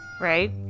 right